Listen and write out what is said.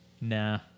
nah